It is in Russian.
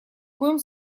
коем